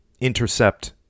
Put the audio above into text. intercept